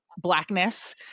blackness